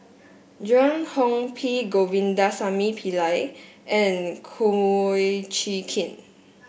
Joan Hon P Govindasamy Pillai and Kum Chee Kin